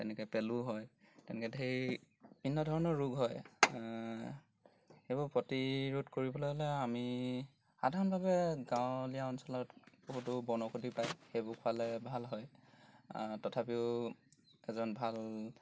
তেনেকৈ পেলু হয় তেনেকৈ ধেই বিভিন্ন ধৰণৰ ৰোগ হয় সেইবোৰ প্ৰতিৰোধ কৰিবলৈ হ'লে আমি সাধাৰণভাৱে গাঁৱলীয়া অঞ্চলত বহুতো বনৌষধি পায় সেইবোৰ খোৱালে ভাল হয় তথাপিও এজন ভাল